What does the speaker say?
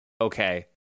okay